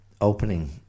opening